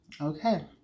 okay